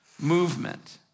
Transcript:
movement